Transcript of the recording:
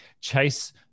chase